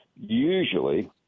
usually